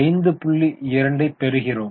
02 பெறுகிறோம்